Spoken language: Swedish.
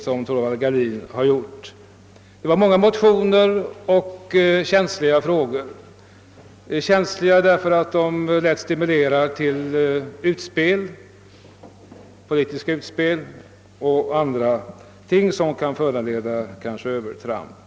Vi har i avdelningen behandlat ett flertal motioner i frågor som varit känsliga därför att de lätt kunnat förleda till politiska utspel, som kanske i sin tur kunnat leda till övertramp.